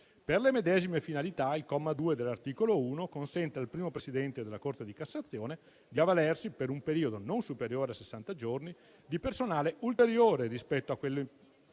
Per le medesime finalità, il comma 2 dell'articolo 1 consente al primo Presidente della Corte di cassazione di avvalersi, per un periodo non superiore a sessanta giorni, di personale ulteriore rispetto a quello in